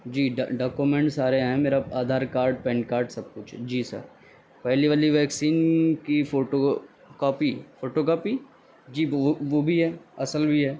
جی documents سارے ہیں میرا آدھار کاڈ پین کاڈ سب کچھ ہے جی سر پہلی والی ویکسین کی فوٹو کاپی فوٹو کاپی جی وہ بھی ہے اصل بھی ہے